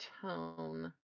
tone